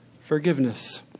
forgiveness